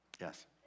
Yes